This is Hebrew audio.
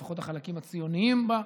לפחות החלקים הציוניים בה,